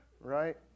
Right